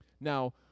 now